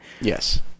yes